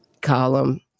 column